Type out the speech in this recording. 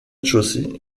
chaussée